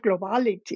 globality